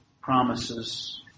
promises